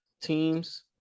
teams